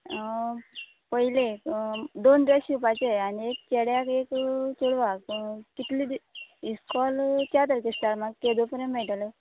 पयलेक दोन ड्रॅस शिंवपाचे आनी एक चेड्याक एक चेडवाक कितले दि इस्कॉल चार तारखेर स्टार्ट म्हाका केदो पर्यंन मेळटले